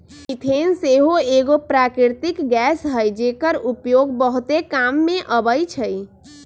methane सेहो एगो प्राकृतिक गैस हई जेकर उपयोग बहुते काम मे अबइ छइ